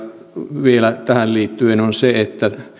vielä tähän liittyen on se että